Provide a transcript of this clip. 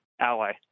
Ally